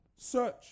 search